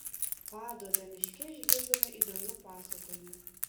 paduobio miške išgirdome įdomių pasakojimų